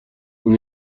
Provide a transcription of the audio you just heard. اون